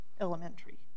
Elementary